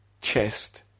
chest